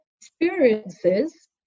experiences